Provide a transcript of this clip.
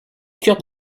kurdes